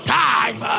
time